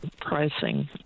pricing